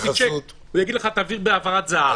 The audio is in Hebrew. שיק" והוא יגיד לך "תעביר בהעברת זה"ב".